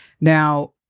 now